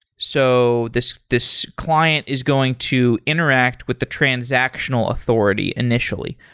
so, this this client is going to interact with the transactional authority initially.